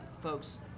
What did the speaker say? folks